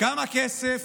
כמה כסף